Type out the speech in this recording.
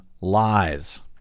lies